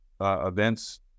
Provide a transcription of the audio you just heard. events